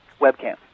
webcam